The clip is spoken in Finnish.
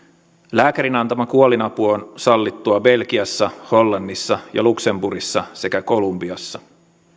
lääkärin antama kuolinapu on sallittua belgiassa hollannissa ja luxemburgissa sekä kolumbiassa